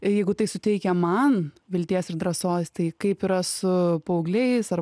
jeigu tai suteikia man vilties ir drąsos tai kaip yra su paaugliais ar